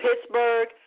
Pittsburgh